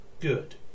Good